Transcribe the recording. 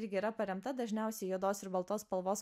irgi yra paremta dažniausiai juodos ir baltos spalvos